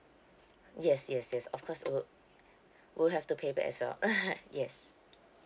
yes yes yes of course it'll will have to pay back as well yes